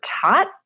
taught